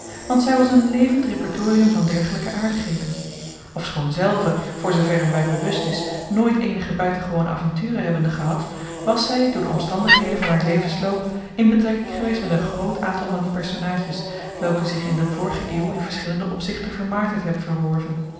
want zij was een levend repertorium van dergelijke aardigheden ofschoon zelve voor zooverre mij bewust is nooit eenige buitengewone avonturen hebbende gehad was zij door de omstandigheden van haar levensloop in betrekking geweest met een groot aantal van die personaadjes welke zich in de vorige eeuw in verschillende opzichten vermaardheid hebben verworven